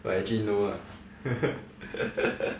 but actually no lah